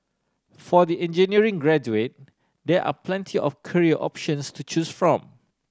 for the engineering graduate there are plenty of career options to choose from